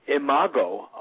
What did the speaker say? imago